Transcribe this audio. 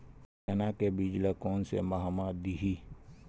चना के बीज ल कोन से माह म दीही?